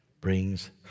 brings